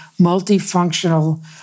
multifunctional